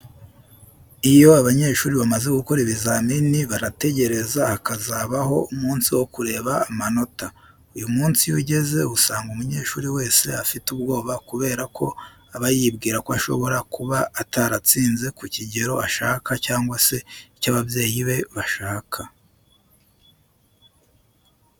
Iyo abanyeshuri bamaze gukora ibizamini barategereza hakazabho umunsi wo kureba amanota. Uyu munsi iyo ugeze usanga umunyeshuri wese afite ubwoba kubera ko aba yibwira ko ashobora kuba ataratsinze ku kigero ashaka cyangwa se icyo ababyeyi ye bashaka.